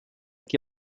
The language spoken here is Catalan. qui